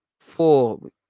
four